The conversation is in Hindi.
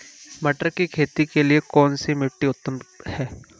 मटर की खेती के लिए कौन सी मिट्टी उत्तम है?